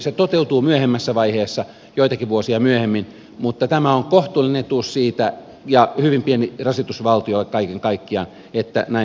se toteutuu myöhemmässä vaiheessa joitakin vuosia myöhemmin mutta tämä on kohtuullinen etuus siitä ja hyvin pieni rasitus valtiolle kaiken kaikkiaan että näin tapahtuu